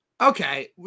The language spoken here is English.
Okay